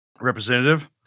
representative